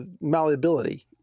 malleability